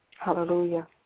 Hallelujah